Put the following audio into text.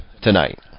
tonight